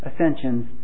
ascensions